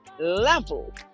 level